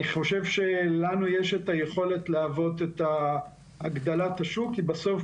אני חושב שלנו יש את היכולת להיות הכוח שמגדיל את השוק כי בסוף,